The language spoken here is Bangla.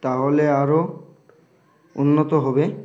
তাহলে আরও উন্নত হবে